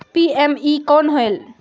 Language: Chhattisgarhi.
पी.एम.ई कौन होयल?